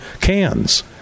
cans